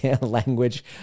language